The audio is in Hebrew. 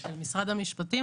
של משרד המשפטים,